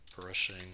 brushing